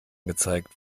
gezeigt